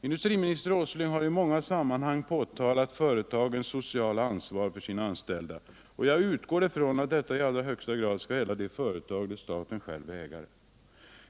Industriminister Åsling har i många sammanhang pekat på företagens sociala ansvar för sin anställda personal, och jag utgår från att detta i allra högsta grad skall gälla de företag där staten själv är ägare.